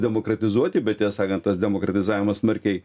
demokratizuoti bet tiesą sakant tas demokratizavimas smarkiai